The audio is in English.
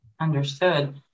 Understood